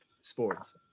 Sports